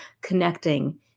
connecting